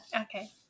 Okay